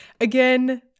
Again